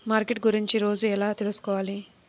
Market గురించి రోజు ఎలా తెలుసుకోవాలి?